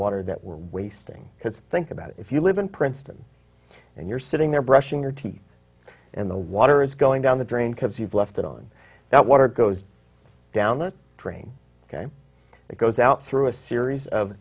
water that we're wasting because think about it if you live in princeton and you're sitting there brushing your teeth and the water is going down the drain because you've left it on that water goes down the drain it goes out through a series of